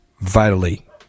Vitally